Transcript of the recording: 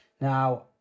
Now